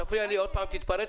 אם תפריע לי עוד פעם ותתפרץ,